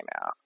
now